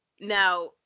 Now